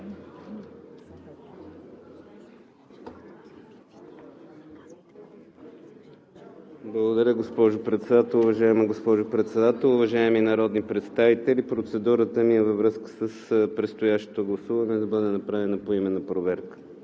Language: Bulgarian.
Благодаря, госпожо Председател. Уважаема госпожо Председател, уважаеми народни представители! Процедурата ми е – във връзка с предстоящото гласуване да бъде направена поименна проверка.